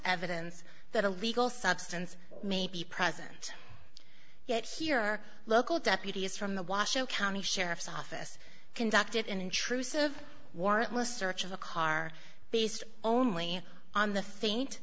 evidence that a legal substance may be present yet here local deputies from the washoe county sheriff's office conducted an intrusive warrantless search of the car based only on the faint